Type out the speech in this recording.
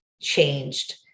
changed